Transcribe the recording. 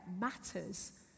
matters